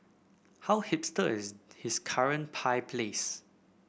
how hipster is his current pie place